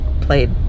played